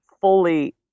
fully